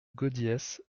gaudiès